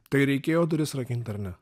tai reikėjo duris rakint ar ne